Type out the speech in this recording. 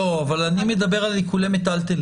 לא, אבל אני מדבר על עיקולי מיטלטלין.